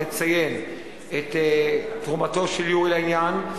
לציין את תרומתו של יורי לעניין,